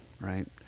right